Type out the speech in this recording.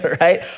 right